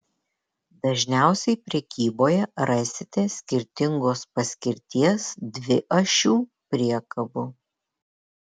dažniausiai prekyboje rasite skirtingos paskirties dviašių priekabų